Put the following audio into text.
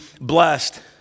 blessed